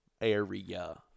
area